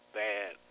bad